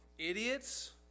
Idiots